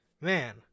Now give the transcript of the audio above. man